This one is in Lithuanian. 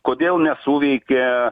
kodėl nesuveikė